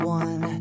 one